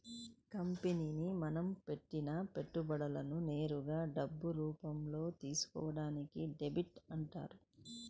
company మనం పెట్టిన పెట్టుబడులను నేరుగా డబ్బు రూపంలో తీసుకోవడాన్ని డెబ్ట్ అంటారు